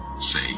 Say